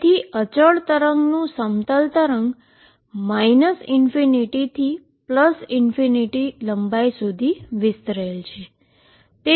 તેથી કોન્સટન્ટ વેવનું plane wave ∞ થી ∞ લંબાઈ સુધી સ્પ્રેડ છે